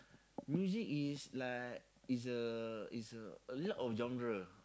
music is like is a is a a little of genre